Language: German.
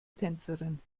tänzerin